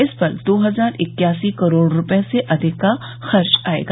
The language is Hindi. इस पर दो हजार इक्यासी करोड रुपये से अधिक का खर्च आएगा